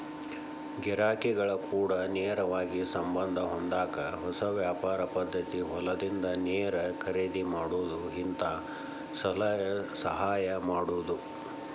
ಗಿರಾಕಿಗಳ ಕೂಡ ನೇರವಾಗಿ ಸಂಬಂದ ಹೊಂದಾಕ ಹೊಸ ವ್ಯಾಪಾರ ಪದ್ದತಿ ಹೊಲದಿಂದ ನೇರ ಖರೇದಿ ಮಾಡುದು ಹಿಂತಾ ಸಲಹೆ ಸಹಾಯ ಮಾಡುದು